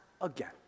again